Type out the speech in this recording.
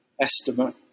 estimate